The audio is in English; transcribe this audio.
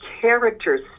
characters